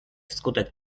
wskutek